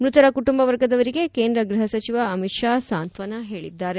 ಮೃತರ ಕುಟುಂಬ ವರ್ಗದವರಿಗೆ ಕೇಂದ್ರ ಗೃಹ ಸಚಿವ ಅಮಿತ್ ಶಾ ಸಾಂತ್ಲನ ಹೇಳಿದ್ದಾರೆ